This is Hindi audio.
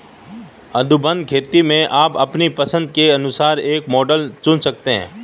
अनुबंध खेती में आप अपनी पसंद के अनुसार एक मॉडल चुन सकते हैं